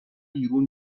بیرون